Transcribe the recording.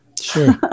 Sure